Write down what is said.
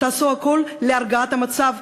תעשו הכול להרגעת המצב,